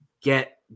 get